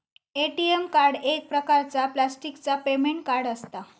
ATM card एक प्रकारचा प्लॅस्टिकचा पेमेंट कार्ड असता